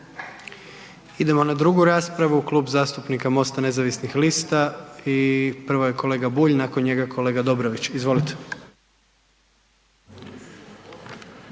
Idemo na drugu raspravu, Klub zastupnika MOST-a nezavisnih lista i prvo je kolega Bulj, nakon njega kolega Dobrović. Izvolite.